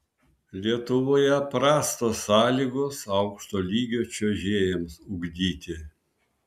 lietuvoje prastos sąlygos aukšto lygio čiuožėjams ugdyti